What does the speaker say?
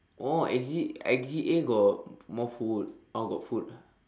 oh exit exit A got more food oh got food ah